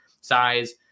size